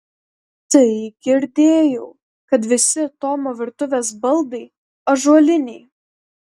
tai girdėjau kad visi tomo virtuvės baldai ąžuoliniai